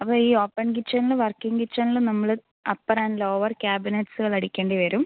അപ്പോൾ ഈ ഓപ്പൺ കിച്ചണിലും വർക്കിംഗ് കിച്ചണിലും നമ്മൾ അപ്പർ ആൻഡ് ലോവർ ക്യാബിനറ്റ്സുകൾ അടിക്കേണ്ടി വരും